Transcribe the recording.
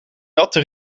natte